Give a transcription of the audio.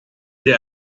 der